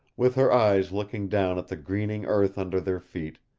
with her eyes looking down at the greening earth under their feet,